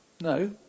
No